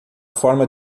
forma